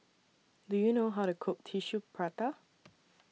Do YOU know How to Cook Tissue Prata